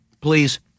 please